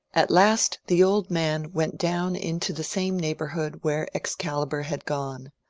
at last the old man went down into the same neighbour hood where excalibur had gone.